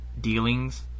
dealings